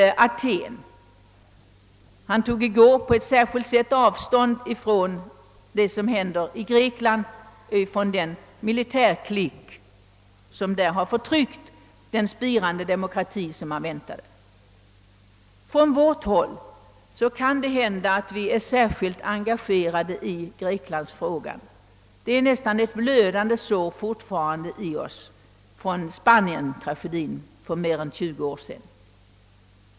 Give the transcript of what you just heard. Utrikesministern tog också i går på ett markerat sätt avstånd från det som händer i Grekland och från den militärklick som har förtryckt den spirande demokratin som man där väntade skulle växa sig starkare. Från vårt håll är vi särskilt engagerade i greklandsfrågan — det är fortfarande ett blödande sår kvar i oss efter spanientragedin för mer än 20 år sedan!